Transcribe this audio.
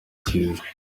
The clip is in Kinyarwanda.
cyiza